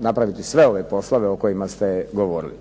napraviti sve ove poslove o kojima ste govorili.